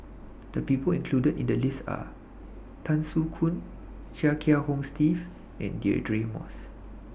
The People included in The list Are Tan Soo Khoon Chia Kiah Hong Steve and Deirdre Moss